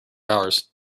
hours